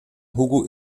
hugo